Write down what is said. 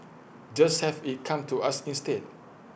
just have IT come to us instead